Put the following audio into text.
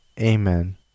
amen